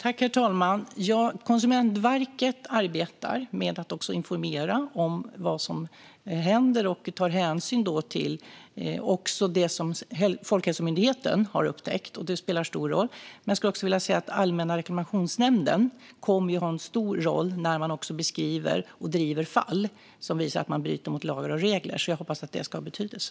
Herr talman! Ja, Konsumentverket arbetar med att informera om vad som händer och tar hänsyn till det som Folkhälsomyndigheten har upptäckt, och det spelar stor roll. Men jag skulle också vilja säga att Allmänna reklamationsnämnden kommer att ha en stor roll när de beskriver och driver fall som visar att man bryter mot lagar och regler. Jag hoppas att det ska ha betydelse.